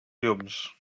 llums